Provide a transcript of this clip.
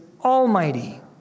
almighty